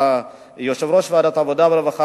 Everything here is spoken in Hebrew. יושב-ראש ועדת העבודה והרווחה,